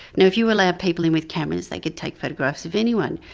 now if you allow people in with cameras, they could take photographs of anyone.